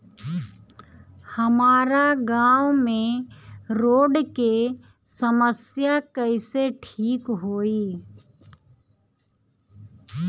हमारा गाँव मे रोड के समस्या कइसे ठीक होई?